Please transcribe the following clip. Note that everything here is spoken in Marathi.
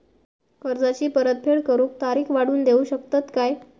कर्जाची परत फेड करूक तारीख वाढवून देऊ शकतत काय?